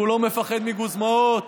הוא לא מפחד מגוזמאות